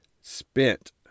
spent